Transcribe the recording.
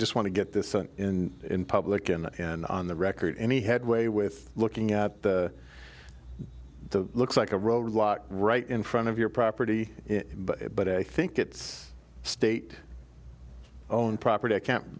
just want to get this in public and on the record any headway with looking at the looks like a road lot right in front of your property but i think it's state own property i can't